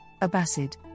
Abbasid